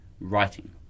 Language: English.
writing